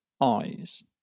eyes